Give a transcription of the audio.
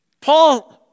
Paul